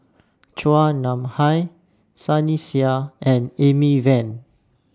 Chua Nam Hai Sunny Sia and Amy Van